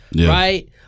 right